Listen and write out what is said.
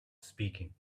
speaking